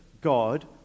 God